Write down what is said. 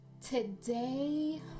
Today